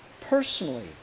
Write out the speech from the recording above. personally